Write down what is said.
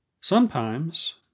Sometimes